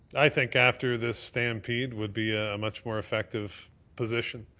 i think after this stampede would be a much more effective position.